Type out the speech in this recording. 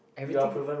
everything